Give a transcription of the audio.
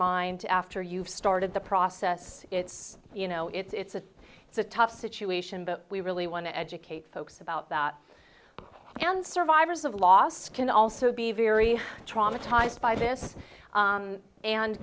mind after you've started the process it's you know it's a it's a tough situation but we really want to educate folks about that and survivors of lost can also be very traumatized by this